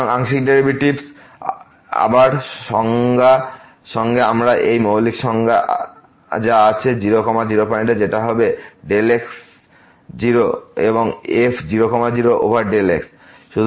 সুতরাং আংশিক ডেরাইভেটিভস আবার সংজ্ঞা সঙ্গে আমরা এই মৌলিক সংজ্ঞা যা আছে 0 0 পয়েন্টে যেটা হয়ে যাবে x0 এবং f0 0 ওভার x